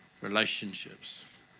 relationships